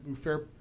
fair